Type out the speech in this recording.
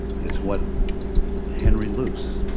it's what henry luce